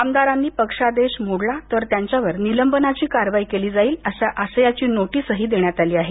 आमदारांनी पक्षादेश मोडला तर त्यांच्यावर निलंबनाची कारवाई केली जाईल अशा आशयाची नोटीसही देण्यात आली आहे